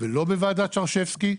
ולא בוועדת שרשבסקי,